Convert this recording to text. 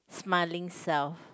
smiling self